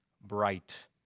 bright